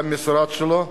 וגם המשרד שלו,